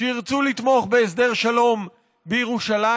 שירצו לתמוך בהסדר שלום בירושלים,